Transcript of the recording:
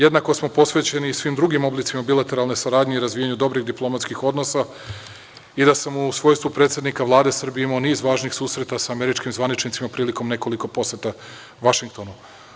Jednako smo posvećeni i svim drugim oblicima bilateralne saradnje i razvijanju dobrih diplomatskih odnosa i da sam u svojstvu predsednika Vlade Srbije imao niz važnih susreta sa američkim zvaničnicima prilikom nekoliko poseta Vašingtonu.